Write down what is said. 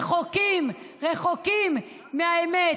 רחוקים רחוקים מהאמת,